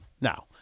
Now